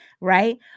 right